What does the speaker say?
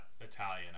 Italian